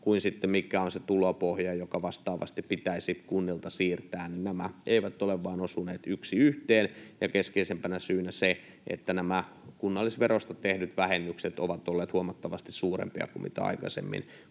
mikä on se tulopohja, joka vastaavasti pitäisi kunnilta siirtää, eivät ole vain osuneet yksi yhteen, ja keskeisimpänä syynä on se, että nämä kunnallisverosta tehdyt vähennykset ovat olleet huomattavasti suurempia kuin mitä aikaisemmin